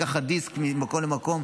לקחת דיסק ממקום למקום,